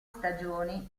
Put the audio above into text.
stagioni